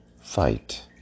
fight